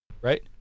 right